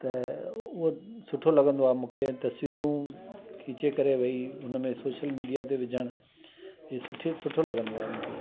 त उहो सुठो लॻंदो आहे मूंखे तस्वीरूं खीचे करे वई उन में सोशल मीडिया ते विझण इहे सुठे सुठो लॻंदो आहे मूंखे